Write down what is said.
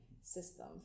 system